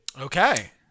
Okay